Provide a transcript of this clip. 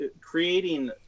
creating